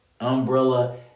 umbrella